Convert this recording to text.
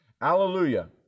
hallelujah